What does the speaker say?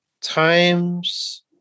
times